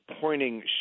pointing